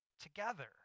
together